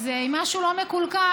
אז אם משהו לא מקולקל,